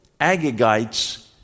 Agagites